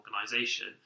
organization